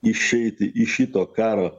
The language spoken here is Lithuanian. išeiti iš šito karo